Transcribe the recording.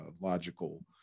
logical